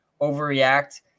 overreact